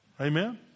Amen